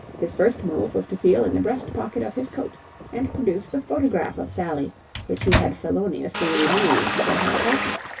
his first move was to feel in the breast-pocket of his coat and produce the photograph of sally which he had feloniously removed from her apartment.